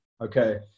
Okay